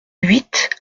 huit